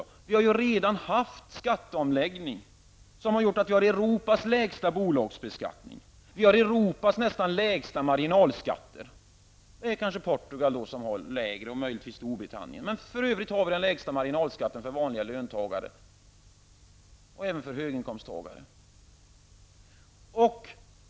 Det har redan skett en skatteomläggning som gjort att Sverige har Europas lägsta bolagsbeskattning och Europas nästan lägsta marginalskatter. Kanske Portugal har lägre och möjligtvis Storbritannien, men för övrigt har Sverige den lägsta marginalskatten för vanliga löntagare och även för höginkomsttagare.